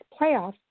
playoffs